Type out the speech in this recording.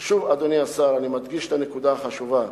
שוב, אדוני השר, אני מדגיש את הנקודה החשובה: